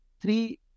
three